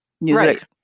music